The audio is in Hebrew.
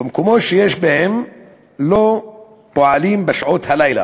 ובמקומות שיש, הם לא פועלים בשעות הלילה,